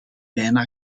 bijna